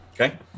okay